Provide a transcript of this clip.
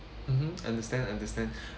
mmhmm understand understand